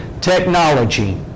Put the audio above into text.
technology